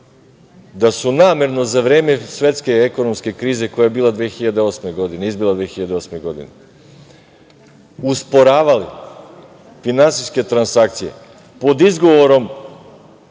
da su namerno za vreme svetske ekonomske krize koja je izbila 2008. godine, usporavali finansijske transakcije, pod izgovorom